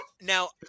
Now